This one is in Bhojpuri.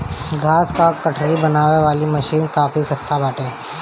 घास कअ गठरी बनावे वाली मशीन काफी सस्ता बाटे